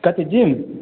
कथी बिल